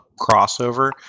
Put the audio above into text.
crossover